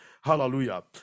Hallelujah